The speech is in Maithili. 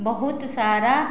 बहुत सारा